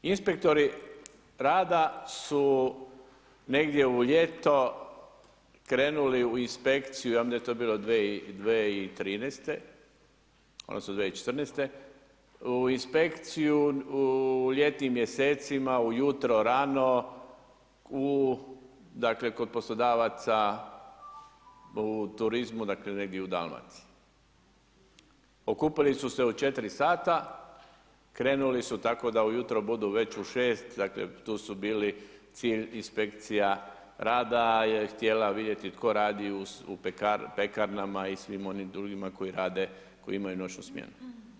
Inspektori rada su negdje u ljeto krenuli u inspekciju, onda je to bilo 2013. odnosno 2014. u inspekciju u ljetnim mjesecima ujutro rano dakle kod poslodavaca u turizmu, dakle negdje u Dalmaciji, okupili su se u 4 sata, krenuli su tako da ujutro budu već u 6, dakle tu su bili, cilj inspekcije rada je htjela vidjeti tko radi u pekarnama i svim onim drugima koji rade, koji imaju noćnu smjenu.